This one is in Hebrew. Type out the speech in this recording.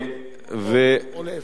או להיפך.